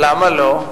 למה לא?